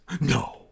No